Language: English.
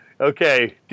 Okay